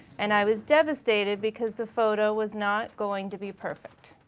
and i was devastated because the photo was not going to be perfect.